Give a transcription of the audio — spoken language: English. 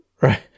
Right